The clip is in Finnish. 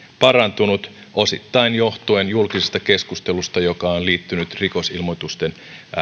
parantunut osittain johtuen julkisesta keskustelusta joka on liittynyt rikosilmoitusten